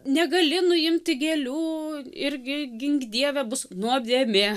negali nuimti gėlių irgi gink dieve bus nuodėmė